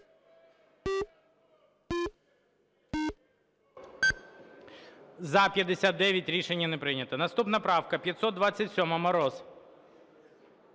За-59 Рішення не прийнято. Наступна правка 527, Мороз.